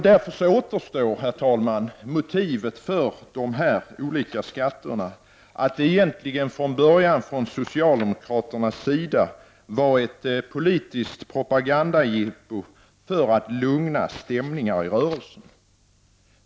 Därför återstår, herr talman, att motivet för de olika skatterna egentligen från början varit ett politiskt propagandajippo från socialdemokraternas sida för att lugna stämningar i rörelsen.